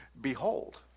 Behold